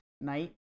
night